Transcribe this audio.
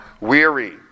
weary